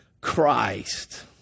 Christ